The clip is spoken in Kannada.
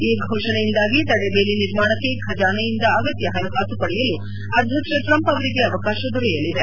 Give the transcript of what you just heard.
ಈ ಘೋಷಣೆಯಿಂದಾಗಿ ತಡೆಬೇಲಿ ನಿರ್ಮಾಣಕ್ಷೆ ಖಜಾನೆಯಿಂದ ಅಗತ್ಯ ಪಣಕಾಸು ಪಡೆಯಲು ಅಧ್ಯಕ್ಷ ಟ್ರಂಪ್ ಅವರಿಗೆ ಅವಕಾಶ ದೊರೆಯಲಿದೆ